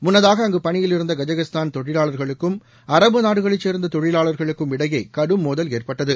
முன்னதாக அங்கு பணியிலிருந்த கஜகஸ்தான் தொழிலாளர்களுக்கும் அரபு நாடுகளைச் சேர்ந்த தொழிலாளர்களுக்கும் இடையே கடும் மோதல் ஏற்பட்டது